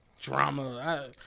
drama